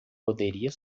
poderia